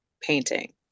painting